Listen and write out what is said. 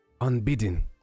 unbidden